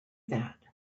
that